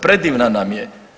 Predivna nam je.